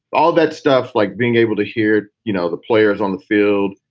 all that stuff like being able to hear, you know, the players on the field,